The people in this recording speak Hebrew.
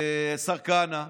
השר כהנא,